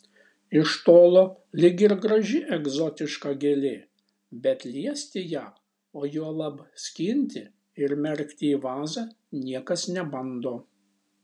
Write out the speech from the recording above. iš tolo lyg ir graži egzotiška gėlė bet liesti ją o juolab skinti ir merkti į vazą niekas nebando